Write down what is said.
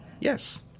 Yes